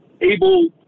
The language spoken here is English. able